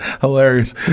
Hilarious